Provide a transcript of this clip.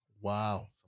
Wow